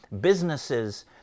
businesses